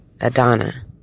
Adana